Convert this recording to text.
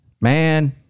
man